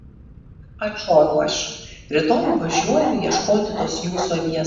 atšoviau aš rytoj važiuoju ieškoti tos jūsų avies